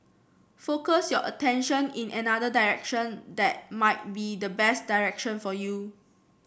focus your attention in another direction that might be the best direction for you